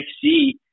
see